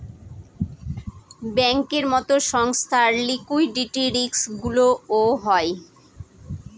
ব্যাঙ্কের মতো সংস্থার লিকুইডিটি রিস্কগুলোও হয়